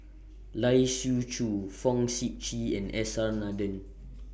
Lai Siu Chiu Fong Sip Chee and S R Nathan